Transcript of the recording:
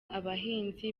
abahinzi